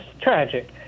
tragic